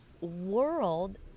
world